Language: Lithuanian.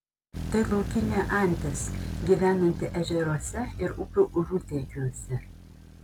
tai laukinė antis gyvenanti ežeruose ir upių užutėkiuose